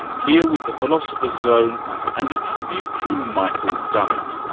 here with the philosopher's zone and a tribute to michael dummett,